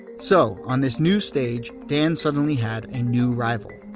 so on this new stage, dan suddenly had a new rival.